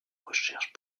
recherches